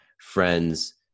friends